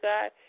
God